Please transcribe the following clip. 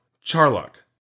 Charlock